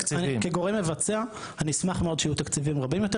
כגורם מבצע אני אשמח מאוד שיהיו תקציבים רבים יותר.